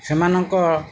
ସେମାନଙ୍କ